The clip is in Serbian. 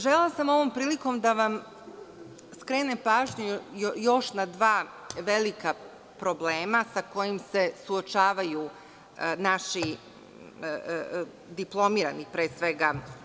Želela sam ovom prilikom da vam skrenem pažnju još na dva velika problema sa kojima se suočavaju naši diplomirani akademci, pre svega.